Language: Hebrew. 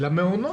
למעונות.